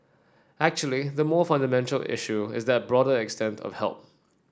actually the more fundamental issue is that broader extent of help